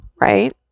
right